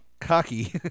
cocky